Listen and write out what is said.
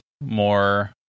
more